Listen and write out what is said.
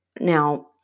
now